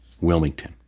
Wilmington